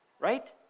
right